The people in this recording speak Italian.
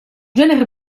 genere